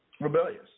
rebellious